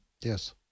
Yes